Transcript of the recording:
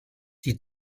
die